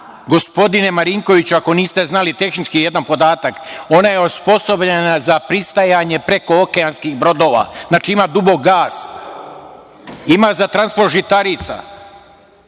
gospodine Marinkoviću ako niste znali jedan tehnički podatak. Ona je osposobljena za pristajanje prekookeanskih brodova. Znači ima dubok, gaz. Ima za transport žitarica.